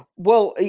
well,